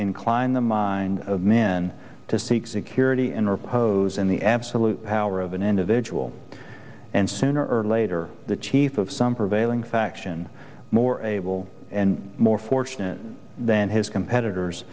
incline the mind of men to seek security and repose in the absolute power of an individual and sooner or later the chief of some prevailing faction able and more fortunate than his competitors